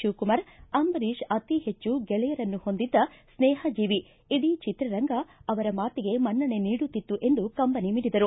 ಶಿವಕುಮಾರ್ ಅಂಬರೀಷ್ ಅತಿ ಹೆಚ್ಚು ಗೆಳೆಯರನ್ನು ಹೊಂದಿದ್ದ ಸ್ನೇಹಜೀವಿ ಇಡೀ ಚಿತ್ರರಂಗ ಅವರ ಮಾತಿಗೆ ಮನ್ನಣೆ ನೀಡುತ್ತಿತ್ತು ಎಂದು ಕಂಬನಿ ಮಿಡಿದರು